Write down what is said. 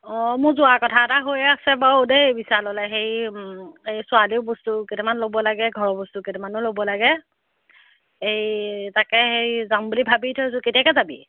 অঁ মোৰ যোৱা কথা এটা হৈয়ে আছে বাৰু দেই বিশাললৈ সেই ছোৱালীও বস্তুকেইটামান ল'ব লাগে ঘৰৰ বস্তু কেইটামানো ল'ব লাগে এই তাকে সেই যাম বুলি ভাবি থৈছোঁ কেতিয়াকৈ যাবি